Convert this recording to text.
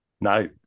No